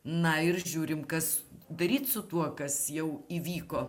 na ir žiūrim kas daryt su tuo kas jau įvyko